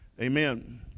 Amen